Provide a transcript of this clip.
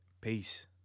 Peace